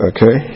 Okay